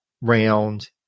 round